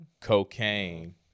cocaine